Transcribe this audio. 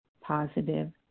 positive